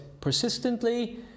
persistently